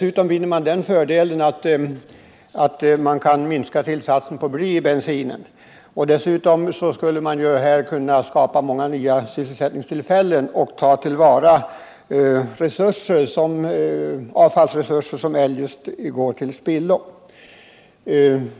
Man vinner också den fördelen att man kan minska tillsatsen av bly i bensinen. Dessutom skulle man kunna skapa sysselsättningstillfällen och ta till vara avfallsresurser som eljest går till spillo.